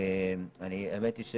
האמת היא,